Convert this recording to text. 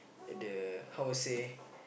at the how say